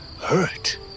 hurt